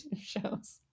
shows